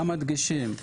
כמה הדגשים,